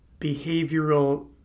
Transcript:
behavioral